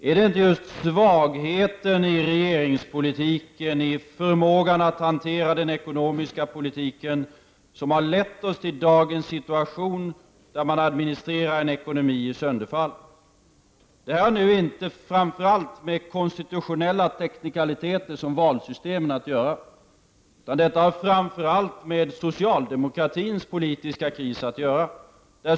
Är det inte just svagheten i regeringspolitiken, i förmågan att hantera den ekonomiska politiken, som har lett till dagens situation där man administrerar en ekonomi i sönderfall? Detta har inte framför allt med sådana konstitutionella teknikaliteter som valsystemet att göra, utan detta har framför allt med socialdemokratins politiska kris att göra.